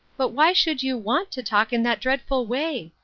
but why should you want to talk in that dreadful way?